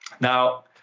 now